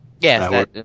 Yes